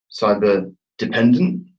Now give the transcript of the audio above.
cyber-dependent